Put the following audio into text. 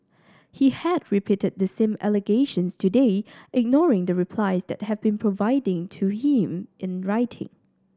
he has repeated the same allegations today ignoring the replies that have been providing to him in writing